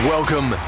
Welcome